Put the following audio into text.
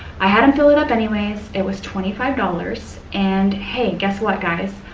i had him fill it up anyways. it was twenty five dollars and hey guess what guys,